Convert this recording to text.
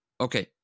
Okay